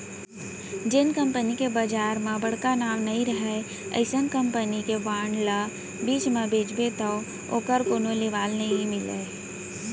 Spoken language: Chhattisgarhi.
जेन कंपनी के बजार म बड़का नांव नइ रहय अइसन कंपनी के बांड ल बीच म बेचबे तौ ओकर कोनो लेवाल नइ मिलय